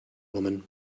woman